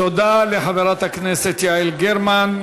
תודה לחברת הכנסת יעל גרמן.